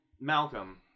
Malcolm